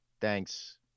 thanks